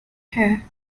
her